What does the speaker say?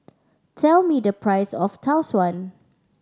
tell me the price of Tau Suan